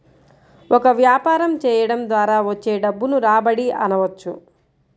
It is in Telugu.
ఒక వ్యాపారం చేయడం ద్వారా వచ్చే డబ్బును రాబడి అనవచ్చు